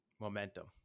Momentum